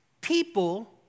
People